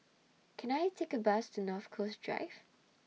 Can I Take A Bus to North Coast Drive